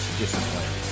discipline